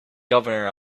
governor